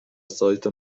سایت